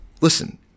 listen